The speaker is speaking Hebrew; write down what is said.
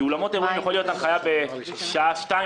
כי לגבי אולמות אירועים יכולה להיות הנחיה בשעה שתיים